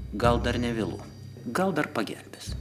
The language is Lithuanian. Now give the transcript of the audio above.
gal dar nevėlu gal dar pagelbės